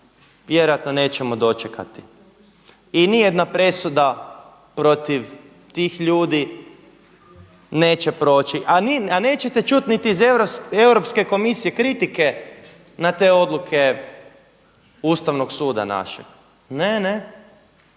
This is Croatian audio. vjerojatno nećemo dočekati, i nijedna presuda protiv tih ljudi neće proći. A neće čuti niti iz Europske komisije kritike na te odluke Ustavnog suda našeg. Ne,